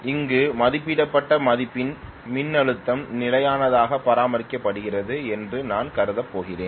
அங்கு மதிப்பிடப்பட்ட மதிப்பில் மின்னழுத்தம் நிலையானதாக பராமரிக்கப்படுகிறது என்று நான் கருதப் போகிறேன்